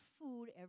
food